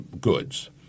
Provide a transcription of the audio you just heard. goods